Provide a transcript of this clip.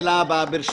חבר'ה.